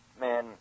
man